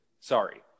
Sorry